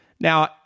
Now